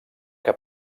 que